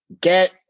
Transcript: get